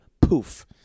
poof